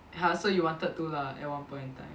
!huh! so you you wanted to lah at one point